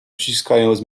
ściskając